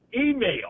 email